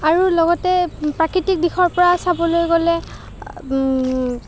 আৰু লগতে প্ৰাকৃতিক দিশৰপৰা চাবলৈ গ'লে